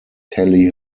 tally